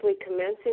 commencing